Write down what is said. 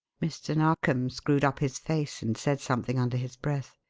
mr. narkom screwed up his face and said something under his breath.